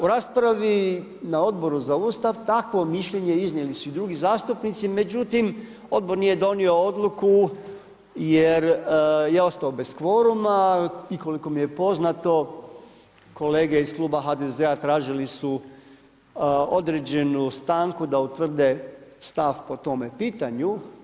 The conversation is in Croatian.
U raspravi na Odboru za Ustav takvo mišljenje iznijeli su i drugi zastupnici, međutim odbor nije donio odluku jer je ostao bez kvoruma i koliko mi je poznato kolege iz kluba HDZ-a tražili su određenu stanku da utvrde stav po tome pitanju.